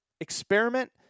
experiment